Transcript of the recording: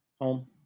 home